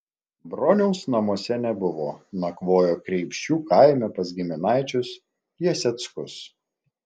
broniaus namuose nebuvo nakvojo kreipšių kaime pas giminaičius jaseckus